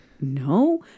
no